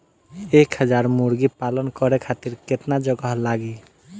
एक हज़ार मुर्गी पालन करे खातिर केतना जगह लागी?